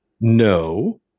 No